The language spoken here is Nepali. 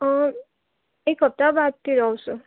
एक हप्ता बादतिर आउँछु